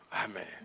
Amen